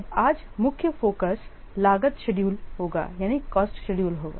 अब आज मुख्य फोकस कॉस्ट शेड्यूल होगा